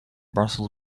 brussels